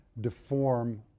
deform